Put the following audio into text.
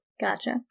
Gotcha